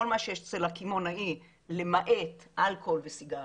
כל מה שאצל הקמעונאי למעט אלכוהול וסיגריות,